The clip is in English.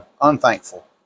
unthankful